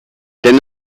denn